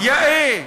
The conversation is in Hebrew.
יאה,